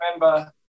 remember